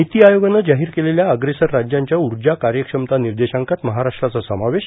निती आयोगानं जाहिर केलेल्या अप्रेसर राज्यांच्या ऊर्जा कार्यक्षमता निर्देशांकात महाराष्ट्राचा समावेश